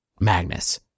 Magnus